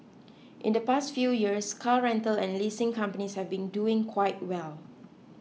in the past few years car rental and leasing companies have been doing quite well